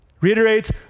Reiterates